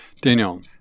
Daniel